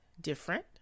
Different